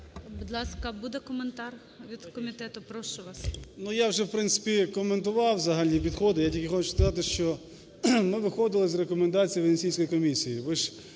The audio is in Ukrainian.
Будь ласка, буде коментар від комітету? Прошу вас. 13:07:02 КНЯЗЕВИЧ Р.П. Ну, я вже, в принципі, коментував взагалі підходи. Я тільки хочу сказати, що ми виходили з рекомендацій Венеційської комісії.